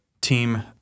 Team